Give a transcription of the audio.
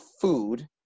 food